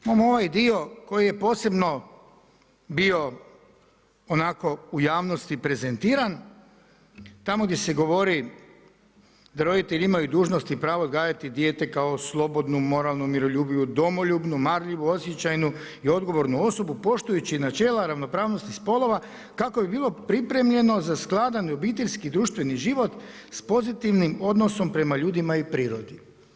Nadalje, imamo ovaj dio koji je posebno bio onako u javnosti prezentiran, tamo gdje se govori da roditelji imaju dužnost i pravo odgajati dijete kao slobodnu, moralnu, miroljubivu, domoljubnu, marljivu, osjećajnu i odgovornu osobu poštujući načela ravnopravnosti spolova kako bi bilo pripremljeno za skladan obiteljski i društveni život s pozitivnim odnosom prema ljudima i prirodi.